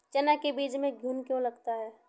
चना के बीज में घुन क्यो लगता है?